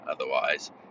Otherwise